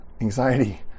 anxiety